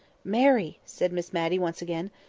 marry! said miss matty once again.